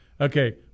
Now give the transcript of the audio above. Okay